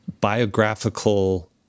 Biographical